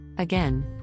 Again